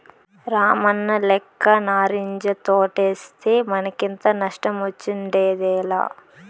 రామన్నలెక్క నారింజ తోటేస్తే మనకింత నష్టమొచ్చుండేదేలా